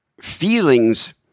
feelings